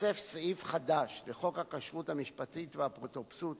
יתווסף סעיף חדש לחוק הכשרות המשפטית והאפוטרופסות,